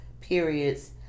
periods